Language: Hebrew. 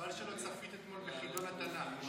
חבל שלא צפית אתמול בחידון התנ"ך.